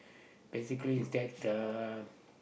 basically is that uh